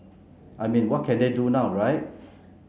I mean what can they do now right